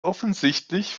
offensichtlich